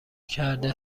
کرده